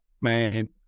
man